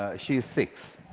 she's six.